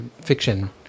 fiction